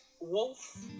wolf